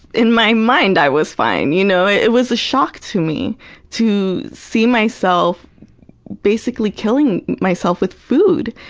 in my mind, i was fine. you know it was a shock to me to see myself basically killing myself with food.